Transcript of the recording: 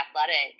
athletic